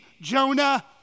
Jonah